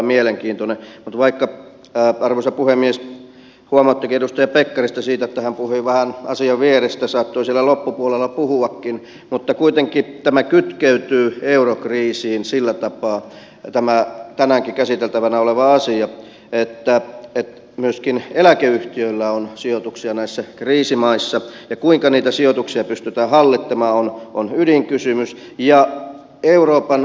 mutta vaikka arvoisa puhemies huomauttikin edustaja pekkarista siitä että hän puhui vähän asian vierestä saattoi siellä loppupuolella puhuakin kuitenkin kytkeytyy eurokriisiin sillä tapaa tämä tänäänkin käsiteltävänä oleva asia että myöskin eläkeyhtiöillä on sijoituksia näissä kriisimaissa ja kuinka niitä sijoituksia pystytään hallitsemaan on ydinkysymys